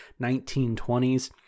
1920s